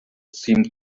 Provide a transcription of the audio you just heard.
seemed